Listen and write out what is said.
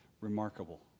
remarkable